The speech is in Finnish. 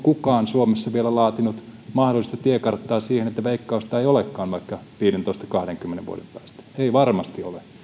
kukaan suomessa vielä laatinut mahdollista tiekarttaa siihen että veikkausta ei olekaan vaikka viidentoista viiva kahdenkymmenen vuoden päästä ei varmasti ole